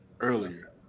earlier